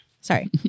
Sorry